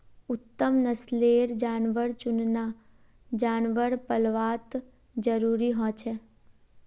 उत्तम नस्लेर जानवर चुनना जानवर पल्वात ज़रूरी हं जाहा